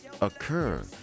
occur